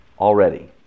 already